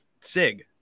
Sig